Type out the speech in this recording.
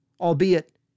albeit